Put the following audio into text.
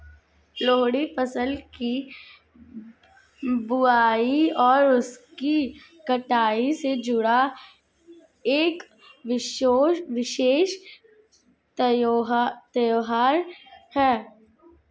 लोहड़ी फसल की बुआई और उसकी कटाई से जुड़ा एक विशेष त्यौहार है